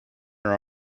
are